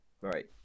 right